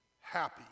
happy